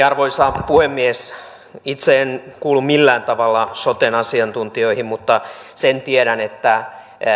arvoisa puhemies itse en kuulu millään tavalla soten asiantuntijoihin mutta sen tiedän että